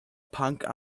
punk